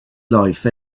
life